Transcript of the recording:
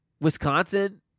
Wisconsin